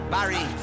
Barry